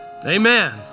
Amen